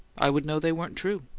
i'd know they weren't true.